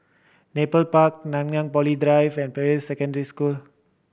Nepal Park Nanyang Poly Drive and Peirce Secondary School